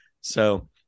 So-